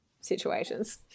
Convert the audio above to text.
situations